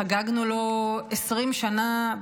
חגגנו לו 20 שנה,